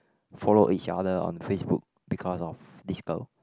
follow each other on FaceBook because of this girl